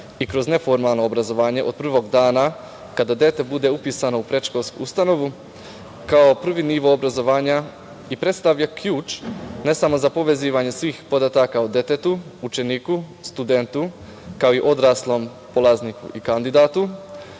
i kroz neformalno obrazovanje, od prvog dana kada dete bude upisano u predškolsku ustanovu, kao prvi nivo obrazovanja i predstavlja ključ ne samo za povezivanje svih podataka o detetu, učeniku, studentu, kao i odraslom polazniku i kandidatu,